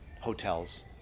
hotels